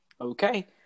Okay